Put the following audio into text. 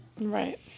Right